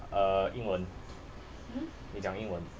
uh 英文你讲英文